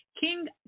King